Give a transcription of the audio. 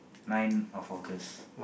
nine of August